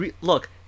look